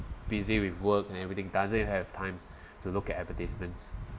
busy with work and everything doesn't have time to look at advertisements